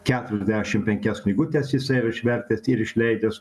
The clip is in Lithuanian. keturiasdešimt penkias knygutes jisai yra išvertęs ir išleidęs